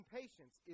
patience